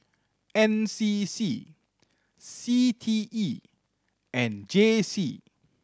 N C C C T E and J C